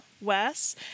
Wes